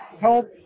help